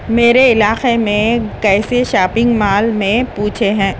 میرے علاقے میں کیسے شاپنگ مال میں پوچھے ہیں